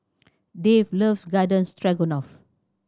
Dave loves Garden Stroganoff